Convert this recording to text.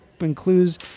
includes